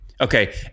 Okay